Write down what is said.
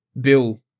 Bill